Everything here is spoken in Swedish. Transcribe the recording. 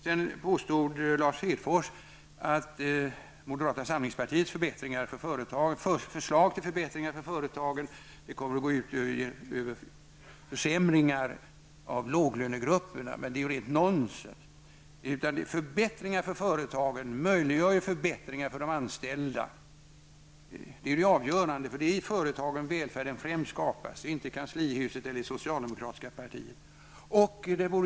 Lars Hedfors påstod att moderata samlingspartiets förslag till förbättringar för företagen kommer att innebära försämringar för låglönegrupperna. Det är rent nonsens. Förbättringar för företagen möjliggör ju förbättringar för de anställda. Det är det avgörande. Det är i företagen välfärden skapas i första hand och inte i kanslihuset eller i socialdemokratiska partiet.